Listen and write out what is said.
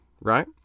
right